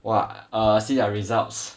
!wah! uh see our results